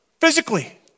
physically